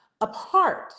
apart